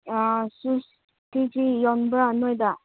ꯁꯨꯁ ꯀꯔꯤ ꯀꯔꯤ ꯌꯣꯟꯕ꯭ꯔꯥ ꯅꯣꯏꯗ